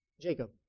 Jacob